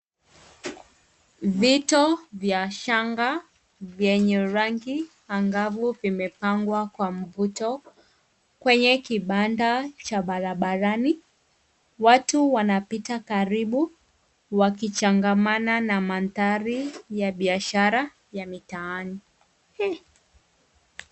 Vito vya shanga vyenye rangi angavu vimepangwa kwa mvuto kwenye kibanda cha barabarani. Watu wanapita karibu wakichangamana na mandhari ya biashara ya mitaani.